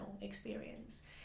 experience